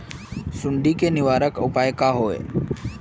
सुंडी के निवारक उपाय का होए?